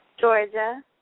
Georgia